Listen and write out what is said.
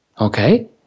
okay